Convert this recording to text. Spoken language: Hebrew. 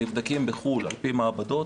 נבדקים בחו"ל על פי מעבדות.